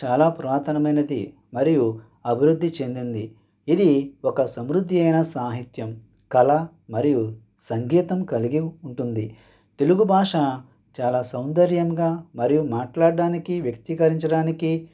చాలా పురాతనమైనది మరియు అభివృద్ధి చెందింది ఇది ఒక సమృద్ధి అయిన సాహిత్యం కళ మరియు సంగీతం కలిగి ఉంటుంది తెలుగు భాష చాలా సౌందర్యంగా మరియు మాట్లాడడానికి వ్యక్తికరించడానికి